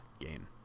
game